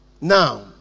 Now